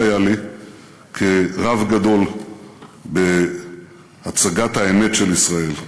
היה לי כרב גדול בהצגת האמת של ישראל.